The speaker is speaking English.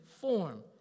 form